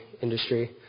Industry